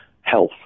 health